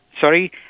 sorry